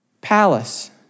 palace